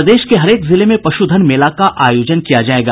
प्रदेश के हरेक जिले में पश्धन मेला का आयोजन किया जायेगा